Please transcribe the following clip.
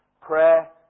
Prayer